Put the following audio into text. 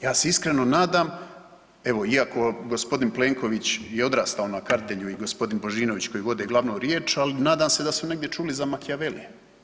Ja se iskreno nadam evo iako gospodin Plenković je odrastao na Kardelju i gospodin Božinović koji vode glavnu riječ, ali nadam se da su negdje čuli za Machiavellija.